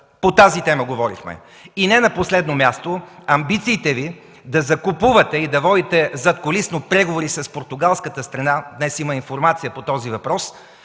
по тази тема. И не на последно място, амбициите Ви да закупувате и да водите задкулисно преговори с португалската страна. Днес има информация по този въпрос,